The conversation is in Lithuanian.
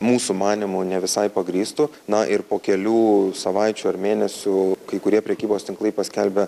mūsų manymu ne visai pagrįstų na ir po kelių savaičių ar mėnesių kai kurie prekybos tinklai paskelbė